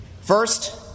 First